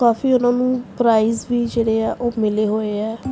ਕਾਫ਼ੀ ਉਨ੍ਹਾਂ ਨੂੰ ਪ੍ਰਾਈਸ ਵੀ ਜਿਹੜੇ ਹੈ ਉਹ ਮਿਲੇ ਹੋਏ ਹੈ